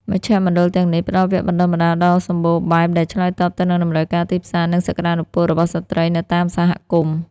មជ្ឈមណ្ឌលទាំងនេះ ផ្តល់វគ្គបណ្តុះបណ្តាលដ៏សម្បូរបែបដែលឆ្លើយតបទៅនឹងតម្រូវការទីផ្សារ និងសក្តានុពលរបស់ស្ត្រីនៅតាមសហគមន៍។